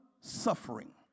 suffering